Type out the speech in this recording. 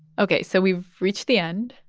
ok. so we've reached the end.